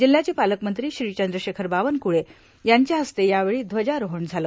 जिल्ह्याचे पालकमंत्री श्री चंद्रशेखर बावनकुळे यांच्या हस्ते यावेळी ध्वजारोहण झालं